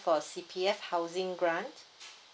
for C_P_F housing grant